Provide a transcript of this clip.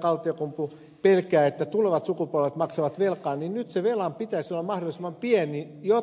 kaltiokumpu pelkää että tulevat sukupolvet maksavat velkaa niin nyt sen velan pitäisi olla mahdollisimman pieni ja